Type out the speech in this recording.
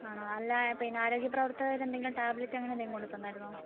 ആണോ അല്ലാതെ പിന്നെ ആരോഗ്യപ്രവർത്തകർ എന്തെങ്കിലും ടാബ്ലറ്റ് അങ്ങനെ എന്തെങ്കിലും കൊണ്ടുത്തന്നായിരുന്നോ